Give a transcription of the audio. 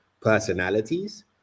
personalities